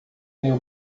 meu